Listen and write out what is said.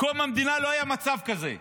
קום המדינה לא היה מצב כזה.